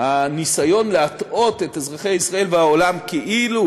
הניסיון להטעות את אזרחי ישראל והעולם כאילו